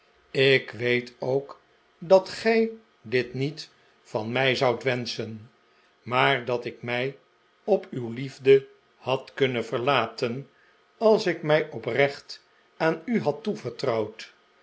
ik weet ook dat gij dit niet van mij zoudt wenschen maar dat ik mij op uw liefde had kunnen verlaten als ik mij oprecht aan u had toevertrouwd